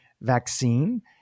vaccine